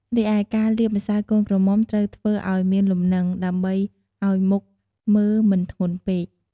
រីឯការលាបម្សៅកូនក្រមុំត្រូវធ្វើឲ្យមានលំនិង ដើម្បីអោយមុខមើលមិនធ្ងន់ពេក។